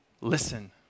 listen